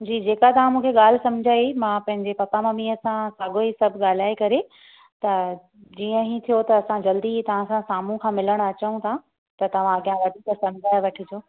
जी जेका तव्हां मूंखे ॻाल्हि सम्झाई मां पंहिंजे पप्पा मम्मीअ सां साॻो ई सभु ॻाल्हाए करे त जीअं ई थियो त असां जल्दी ई तव्हां सां साम्हूं खां मिलणु अचूं था त तव्हां अॻियां वरी सां सम्झाए वठिजो